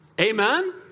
Amen